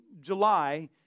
July